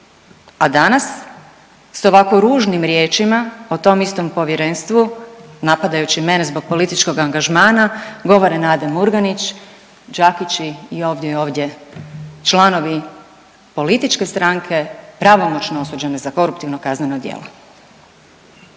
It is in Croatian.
A danas, s ovako ružnim riječima o tom istom povjerenstvu, napadajući mene zbog političkog angažmana, govora Nade Murganić, Đakići, i ovdje i ovdje članovi političke stranke pravomoćno osuđene za koruptivno kazneno djelo.